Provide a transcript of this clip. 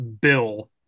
Bill